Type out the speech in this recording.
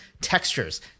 textures